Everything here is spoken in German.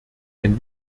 ein